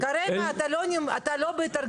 כרגע אתה לא בהתארגנות?